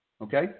okay